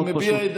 אני מביע את דעתי.